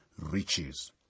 riches